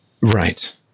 Right